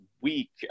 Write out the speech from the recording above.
week